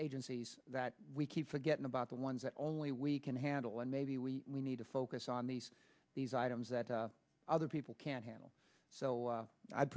agencies that we keep forgetting about the ones that only we can handle and maybe we need to focus on these these items that other people can't handle so